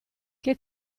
che